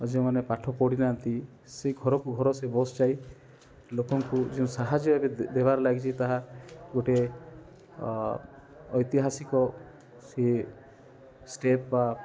ଆଉ ଯେଉଁମାନେ ପାଠ ପଢ଼ିନାହାଁନ୍ତି ସେ ଘରକୁ ଘର ସେ ବସ୍ ଯାଇ ଲୋକଙ୍କୁ ଯେଉଁ ସାହାଯ୍ୟ ଏବେ ଦେ ଦେବାରେ ଲାଗିଛି ତାହା ଗୋଟେ ଐତିହାସିକ ସିଏ ଷ୍ଟେପ୍ ବା